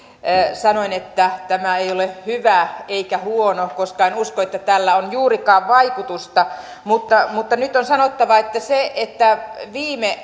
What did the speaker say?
sanoin että tämä ei ole hyvä eikä huono koska en usko että tällä on juurikaan vaikutusta mutta mutta nyt on sanottava että viime